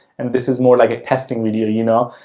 and this is more like a testing video, you know?